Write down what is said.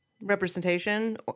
representation